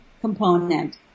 component